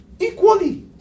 equally